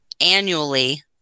annually